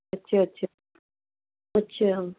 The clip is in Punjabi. ਅੱਛਾ ਅੱਛਾ ਅੱਛਾ